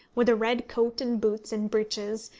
with a red coat and boots and breeches,